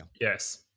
Yes